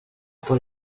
por